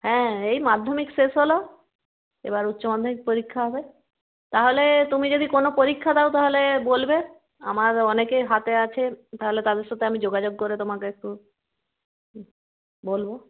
হ্যাঁ এই মাধ্যমিক শেষ হল এবার উচ্চমাধ্যমিক পরীক্ষা হবে তাহলে তুমি যদি কোনো পরীক্ষা দাও তাহলে বলবে আমার অনেকে হাতে আছে তাহলে তাদের সাথে আমি যোগাযোগ করে তোমাকে একটু বলব